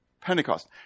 Pentecost